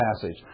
passage